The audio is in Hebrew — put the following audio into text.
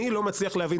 אני לא מצליח להבין,